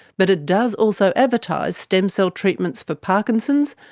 but it does also advertise stem cell treatments for parkinson's,